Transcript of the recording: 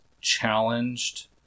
challenged